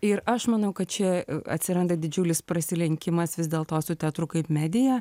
ir aš manau kad čia atsiranda didžiulis prasilenkimas vis dėl to su teatru kaip medija